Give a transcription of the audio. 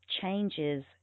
changes –